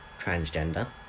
transgender